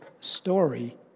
story